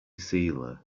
sealer